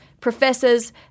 professors